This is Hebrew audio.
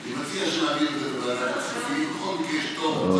אני מציע שנעביר את זה לוועדת הכספים בכל מקרה,